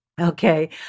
Okay